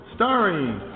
Starring